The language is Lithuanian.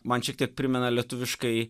man šiek tiek primena lietuviškąjį